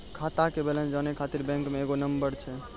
खाता के बैलेंस जानै ख़ातिर बैंक मे एगो नंबर छै?